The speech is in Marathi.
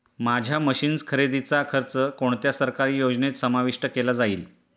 माझ्या मशीन्स खरेदीचा खर्च कोणत्या सरकारी योजनेत समाविष्ट केला जाईल?